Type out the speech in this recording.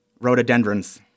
rhododendrons